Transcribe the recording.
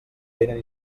vénen